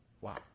Wow